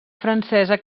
francesa